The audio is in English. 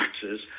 taxes